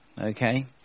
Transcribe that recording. okay